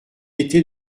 été